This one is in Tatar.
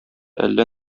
әллә